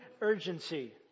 urgency